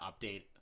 update